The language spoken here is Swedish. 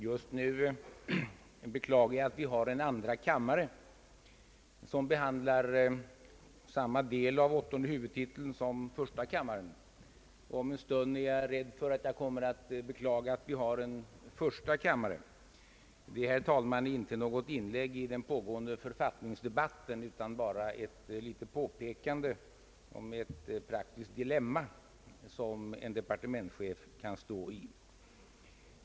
Herr talman! Jag beklagar att vi har en andra kammare, som just nu behandlar samma del av åttonde huvudtiteln som vi nu diskuterar i första kammaren. Om en stund fruktar jag att jag kommer att beklaga att vi har en första kammare. Detta är, herr talman, inte något inlägg i den pågående författningsdebatten utan bara ett litet påpekande om ett praktiskt dilemma som en departementschef kan stå i!